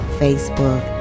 facebook